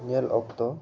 ᱧᱮᱞ ᱚᱠᱛᱚ